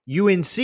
UNC